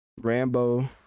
Rambo